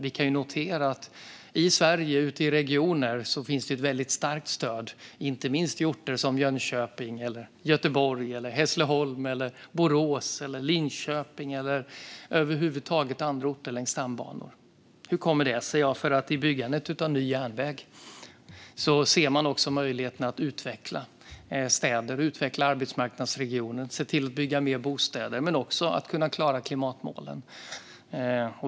Vi kan dock notera att ute i Sveriges regioner finns det ett väldigt starkt stöd, inte minst i Jönköping, Göteborg, Hässleholm, Borås, Linköping och andra orter längs stambanor. Hur kommer det sig? Jo, för att i byggandet av ny järnväg ser man också möjligheterna att utveckla städer och arbetsmarknadsregioner, att bygga mer bostäder och att kunna klara klimatmålen.